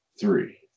three